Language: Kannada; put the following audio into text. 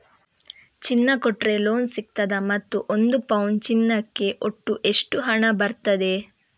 ಚಿನ್ನ ಕೊಟ್ರೆ ಲೋನ್ ಸಿಗ್ತದಾ ಮತ್ತು ಒಂದು ಪೌನು ಚಿನ್ನಕ್ಕೆ ಒಟ್ಟು ಎಷ್ಟು ಹಣ ಬರ್ತದೆ?